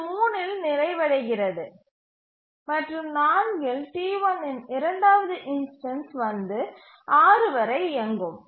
இது 3 இல் நிறைவடைகிறது மற்றும் 4இல் T1 இன் இரண்டாவது இன்ஸ்டன்ஸ் வந்து 6 வரை இயங்கும்